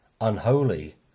unholy